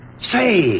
Say